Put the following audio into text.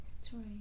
Story